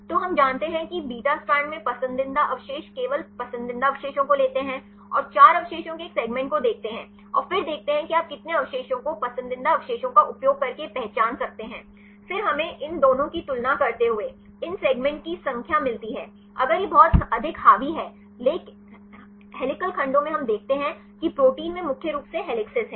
तो हम जानते हैं कि बीटा स्ट्रैंड में पसंदीदा अवशेष केवल पसंदीदा अवशेषों को लेते हैं और 4 अवशेषों के एक सेगमेंट को देखते हैं और फिर देखते हैं कि आप कितने अवशेषों को पसंदीदा अवशेषों का उपयोग करके पहचान सकते हैं फिर हमें इन दोनों की तुलना करते हुए इन सेगमेंट की संख्या मिलती है अगर यह बहुत अधिक हावी है हेलिकल खंडों में हम देखते हैं कि प्रोटीन में मुख्य रूप से हेलिसेस हैं